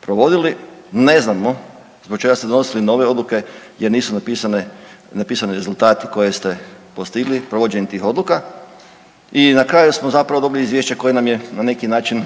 provodili, ne znamo zbog čega ste donosili nove odluke jer nisu napisani rezultati koje ste postigli provođenjem tih odluka i na kraju smo zapravo dobili izvješće koje nam je na neki način